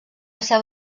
seu